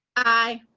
aye.